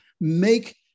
make